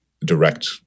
direct